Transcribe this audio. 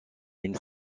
une